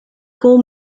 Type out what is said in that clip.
com